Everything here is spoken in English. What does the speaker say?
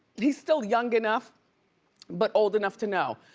he's still young enough but old enough to know.